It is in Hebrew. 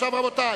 רבותי,